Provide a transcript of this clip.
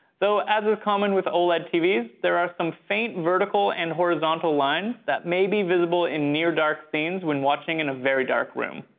though as is common with oled tvs, there are some faint vertical and horizontal lines that may be visible in near-dark scenes when watching in a very dark room.